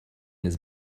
his